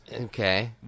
Okay